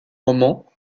romans